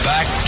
Back